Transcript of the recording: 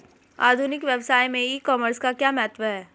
आधुनिक व्यवसाय में ई कॉमर्स का क्या महत्व है?